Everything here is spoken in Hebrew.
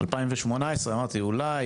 2018, אמרתי שאולי